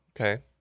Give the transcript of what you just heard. Okay